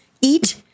Eat